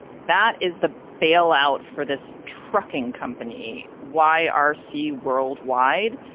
that is the bail out for this trucking company. why are sea world wide,